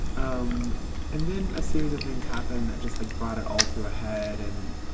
um and then a series of things happened that just, like, brought it all to a head. and